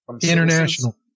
international